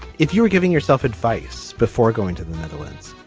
if you were giving yourself advice before going to the netherlands.